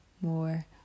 more